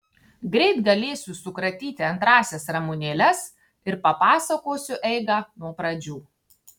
greit galėsiu sukratyti antrąsias ramunėles ir papasakosiu eigą nuo pradžių